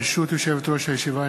ברשות יושבת-ראש הישיבה,